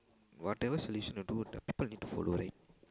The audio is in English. whatever solution you do the people need to follow right